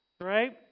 right